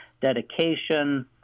dedication